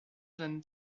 than